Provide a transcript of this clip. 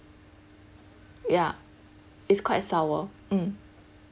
ya it's quite sour mm